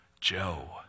Joe